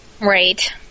Right